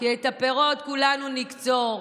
כי את הפירות כולנו נקצור.